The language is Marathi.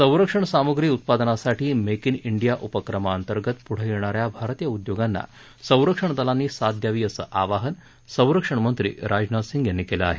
संरक्षण सामुग्री उत्पादनासाठी मेक इन इंडिया उपक्रमाअंतर्गत पुढं येणाऱ्या भारतीय उद्योगांना संरक्षण दलांनी साथ द्यावी असं आवाहन संरक्षणमंत्री राजनाथ सिंह यांनी केलं आहे